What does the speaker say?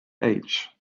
age